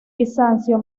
bizancio